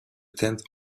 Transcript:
tenth